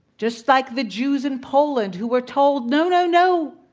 just like the jews in poland who were told no, no, no,